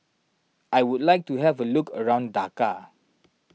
I would like to have a look around Dhaka